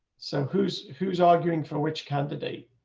so who's, who's arguing for which candidate.